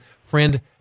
friend